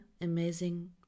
amazing